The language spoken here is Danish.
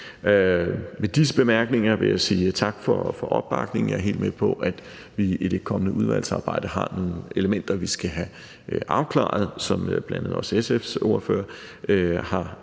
Med disse bemærkninger vil jeg sige tak for opbakningen. Jeg er helt med på, at vi i det kommende udvalgsarbejde har nogle elementer, vi skal have afklaret, og som bl.a. SF's ordfører har nævnt,